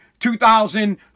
2,000